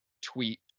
tweet